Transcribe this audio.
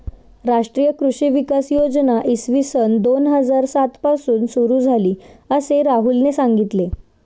राष्ट्रीय कृषी विकास योजना इसवी सन दोन हजार सात पासून सुरू झाली, असे राहुलने सांगितले